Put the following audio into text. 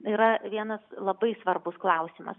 yra vienas labai svarbus klausimas